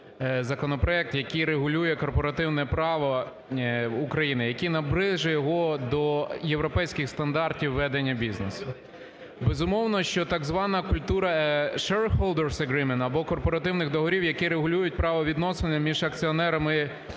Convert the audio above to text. законопроект, який регулює корпоративне право України, який наближує його до європейських стандартів ведення бізнесу. Безумовно, що так звана культура shareholders agreement або корпоративних договорів, які регулюють правовідносини між акціонерами